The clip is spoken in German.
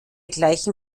gleichen